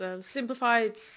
simplified